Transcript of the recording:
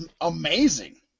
amazing